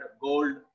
gold